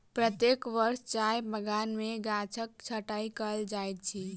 प्रत्येक वर्ष चाय बगान में गाछक छंटाई कयल जाइत अछि